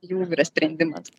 jų yra sprendimas